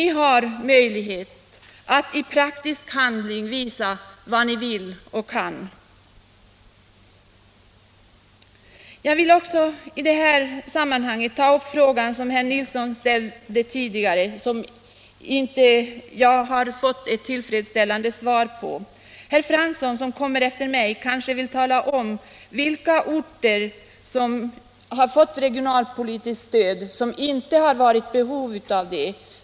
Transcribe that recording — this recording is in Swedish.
Nu har ni möjlighet att i praktisk handling visa vad ni vill och kan. Jag vill också i detta sammanhang ta upp den fråga som herr Nilsson i Östersund ställde tidigare men som vi inte har fått ett tillfredsställande svar på. Herr Fransson, som kommer efter mig, kanske vill tala om, vilka orter som har fått regionalpolitiskt stöd utan att vara i behov av det.